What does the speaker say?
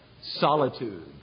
solitude